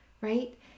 right